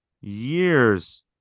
Years